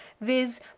viz